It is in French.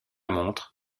montre